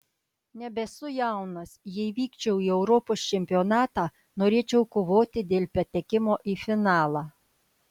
nebesu jaunas jei vykčiau į europos čempionatą norėčiau kovoti dėl patekimo į finalą